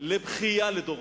לבכייה לדורות.